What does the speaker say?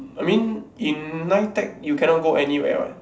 I mean in nitec you cannot go anywhere what